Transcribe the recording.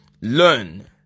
Learn